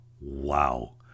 Wow